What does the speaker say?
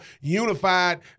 unified